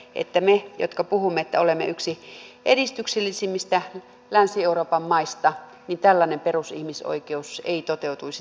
että meillä jotka puhumme että olemme yksi edistyksellisimmistä länsi euroopan maista tällainen perusihmisoikeus ei toteutuisi terveydenhuollossa